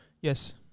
Yes